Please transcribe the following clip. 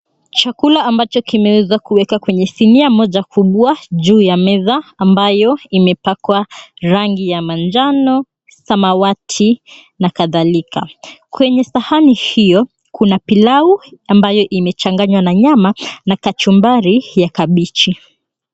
Chakula ambacho kimewezwa kuwekwa kwenye sinia moja kubwa juu ya meza ambayo imepakwa rangi ya manjano, samawati na kadhalika. Kwenye sahani hio kuna pilau ambayo imechanganywa na nyama na kachumbari ya kabichi.